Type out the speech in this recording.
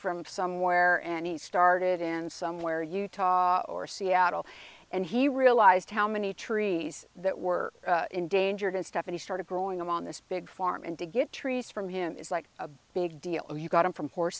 from somewhere and he started in somewhere utah or seattle and he realized how many trees that were endangered and stephanie started growing them on this big farm and to get trees from him is like a big deal of you got him from port